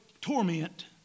torment